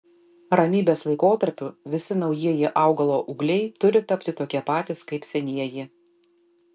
ramybės laikotarpiu visi naujieji augalo ūgliai turi tapti tokie patys kaip senieji